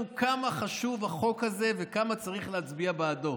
כמה חשוב החוק הזה וכמה צריך להצביע בעדו.